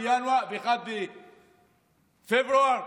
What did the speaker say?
ב-1 בפברואר,